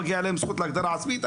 מגיע להם זכות להגדרה עצמית,